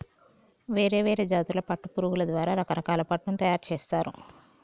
వేరే వేరే జాతుల పట్టు పురుగుల ద్వారా రకరకాల పట్టును తయారుచేస్తారు